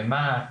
במה"ט,